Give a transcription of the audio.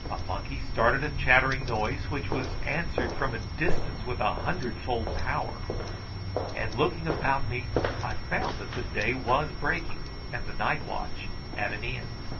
a monkey started a chattering noise, which was answered from a distance with a hundredfold power and looking about me i found that the day was breaking and the night-watch at an end.